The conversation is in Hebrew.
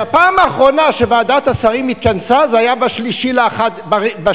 שהפעם האחרונה שוועדת השרים התכנסה היתה ב-3 בינואר,